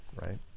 right